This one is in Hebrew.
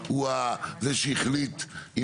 הוא הזה שהחליט.